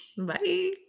bye